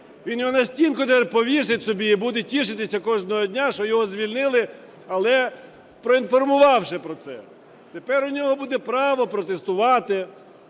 Він його на стінку повісить собі і буде тішитися кожного дня, що його звільнили, але проінформувавши про це. Тепер у нього буде право протестувати